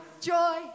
Joy